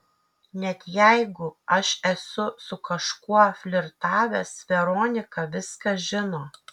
net jeigu aš esu su kažkuo flirtavęs veronika viską žino